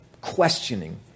Questioning